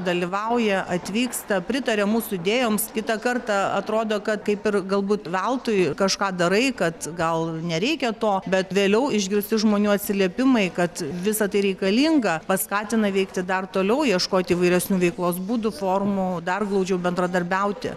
dalyvauja atvyksta pritaria mūsų idėjoms kitą kartą atrodo kad kaip ir galbūt veltui kažką darai kad gal nereikia to bet vėliau išgirsti žmonių atsiliepimai kad visa tai reikalinga paskatina veikti dar toliau ieškoti įvairesnių veiklos būdų formų dar glaudžiau bendradarbiauti